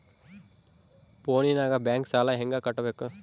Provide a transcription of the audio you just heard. ಫೋನಿನಾಗ ಬ್ಯಾಂಕ್ ಸಾಲ ಹೆಂಗ ಕಟ್ಟಬೇಕು?